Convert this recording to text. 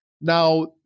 Now